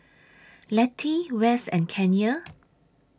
Letty West and Kanye